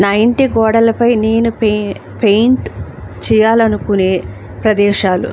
నా ఇంటి గోడలపై నేను పె పెయింట్ చేయాలనుకునే ప్రదేశాలు